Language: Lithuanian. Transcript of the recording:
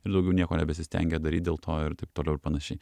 ir daugiau nieko nebesistengia daryt dėl to ir taip toliau ir panašiai